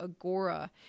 Agora